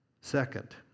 Second